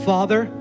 Father